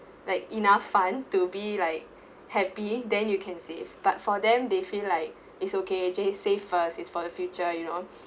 like enough fund to be like happy then you can save but for them they feel like it's okay just say first is for the future you know